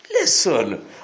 Listen